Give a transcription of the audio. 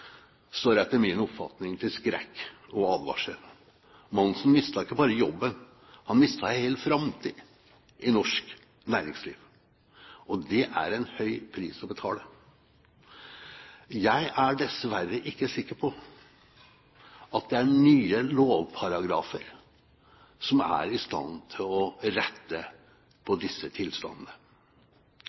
etter min oppfatning der til skrekk og advarsel. Monsen mistet ikke bare jobben, han mistet en hel framtid i norsk næringsliv. Det er en høy pris å betale. Jeg er dessverre ikke sikker på at det er nye lovparagrafer som er i stand til å rette på disse tilstandene.